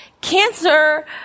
cancer